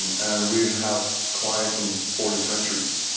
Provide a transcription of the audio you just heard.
um and we have have clients from forty countries.